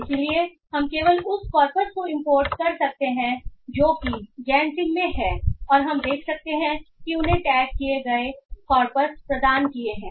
इसलिए हम केवल उस कॉर्पस को इंपोर्ट कर सकते हैं जो कि जैनसिम में हैं और हम देख सकते हैं कि उन्होंने टैग किए गए कॉर्पस प्रदान किए हैं